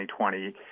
2020